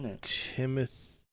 Timothy